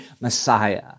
Messiah